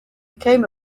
came